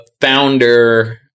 founder